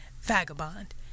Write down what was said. Vagabond